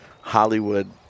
hollywood